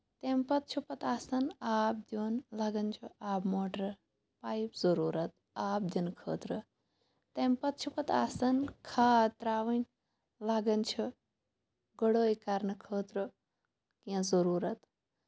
تَمہِ پَتہٕ چھِ پَتہٕ آسان آب دیُن لَگان چھِ آبہٕ موٹر پایِپ ضٔروٗرت آب دِنہٕ خٲطرٕ تَمہِ پَتہٕ چھِ پَتہٕ آسان کھاد ترٛاوٕنۍ لَگان چھُ گُڈٲے کرنہٕ خٲطرٕ کیٚنٛہہ ضٔروٗرت